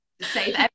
save